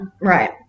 Right